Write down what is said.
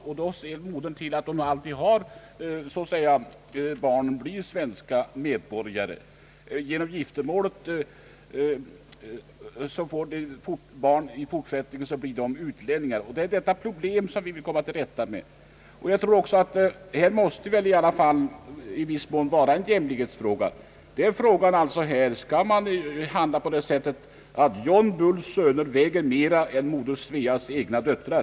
Då ser alltid modern till att barnet blir svensk medborgare. Genom att föräldrarna ingår äktenskap kommer barnen i fortsättningen att bli utlänningar. Det är detta problem vi vill komma till rätta med. Detta måste i viss mån anses vara en jämlikhetsfråga. Skall vi handla på det sättet att John Bulls söner väger mera än moder Sveas egna döttrar?